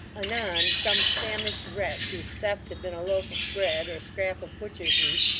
anon some famished wretch whose theft had been a loaf of bread, or scrap of butcher's meat,